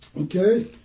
okay